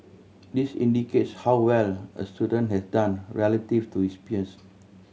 this indicates how well a student has done relative to his peers